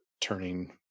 turning